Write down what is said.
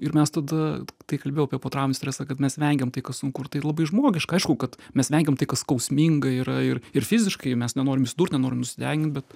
ir mes tada tai kalbėjau apie potrauminį stresą kad mes vengiam tai kas sunku ir tai labai žmogiška aišku kad mes vengiam tai kas skausminga yra ir ir fiziškai ir mes nenorim įsidurt nenorim nusidegint bet